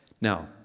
Now